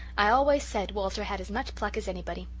i always said walter had as much pluck as anybody.